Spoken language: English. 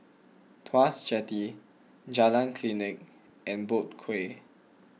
Tuas Jetty Jalan Klinik and Boat Quay